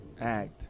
act